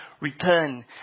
return